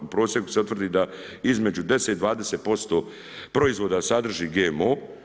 U prosijeku se utvrdi da između 10 i 20% proizvoda sadrži GMO.